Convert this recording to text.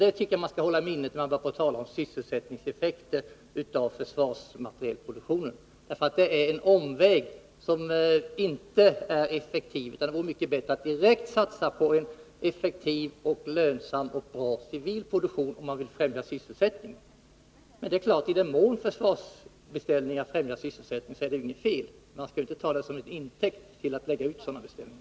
Det tycker jag att man skall hålla i minnet när man börjar tala om sysselsättningseffekter av försvarsmaterielproduktionen. Det är en omväg som inte är effektiv. Det vore mycket bättre att direkt satsa på en effektiv, lönsam och bra civil produktion, om man vill främja sysselsättningen. Klart är dock att det i den mån försvarsställningar främjar sysselsättningen, är det inget fel. Men man skall inte ta en sådan effekt till intäkt för att lägga ut sådana beställningar.